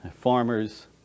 farmers